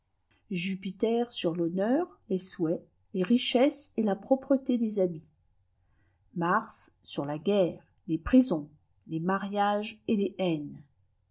jupiter sur l'honneur les souhaits les richesses et la propreté des habits mars sur la guerre les prisons les mariages et leshain le